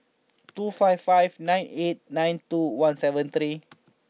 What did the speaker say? two five five nine eight nine two one seven three